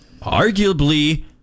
arguably